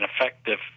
effective